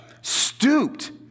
stooped